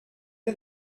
est